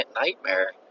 nightmare